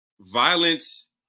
violence